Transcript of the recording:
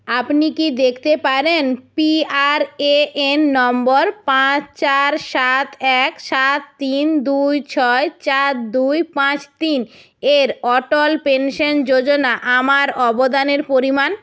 আপনি কি দেখতে পারেন পি আর এ এন নম্বর পাঁচ চার সাত এক সাত তিন দুই ছয় চার দুই পাঁচ তিন এর অটল পেনশন যোজনা আমার অবদানের পরিমাণ